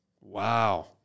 Wow